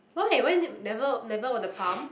why why never never on a palm